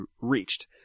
reached